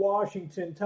Washington